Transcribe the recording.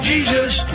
Jesus